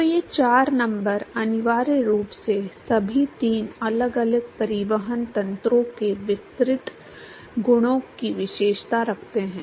तो ये चार नंबर अनिवार्य रूप से सभी तीन अलग अलग परिवहन तंत्रों के विसरित गुणों की विशेषता रखते हैं